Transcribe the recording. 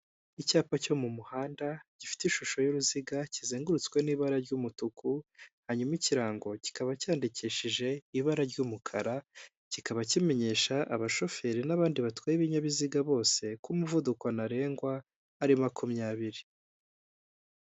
Icyapa cyo mu muhanda, gifite ishusho y'uruziga, kizengurutswe n'ibara ry'umutuku, hanyuma ikirango kikaba cyandikishije ibara ry'umukara, kikaba kimenyesha abashoferi n'abandi batwaye ibinyabiziga bose ko umuvuduko ntarengwa ari makumyabiri.